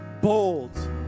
bold